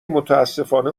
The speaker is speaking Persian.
متأسفانه